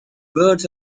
birds